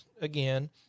again